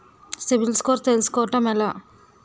CIBIL score తెల్సుకోటం ఎలా?